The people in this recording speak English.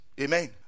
amen